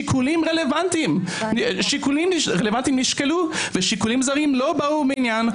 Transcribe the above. שיקולים רלוונטיים נשקלו ושיקולים זרים לא באו במניין,